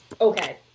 Okay